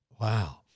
wow